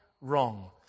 wrong